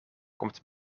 komt